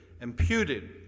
Imputed